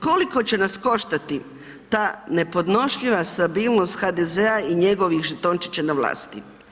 Koliko će nas koštati ta nepodnošljiva stabilnost HDZ-a i njegovih žetončića na vlasti.